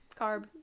carb